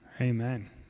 Amen